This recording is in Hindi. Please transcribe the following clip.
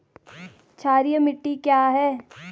क्षारीय मिट्टी क्या है?